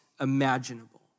imaginable